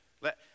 Let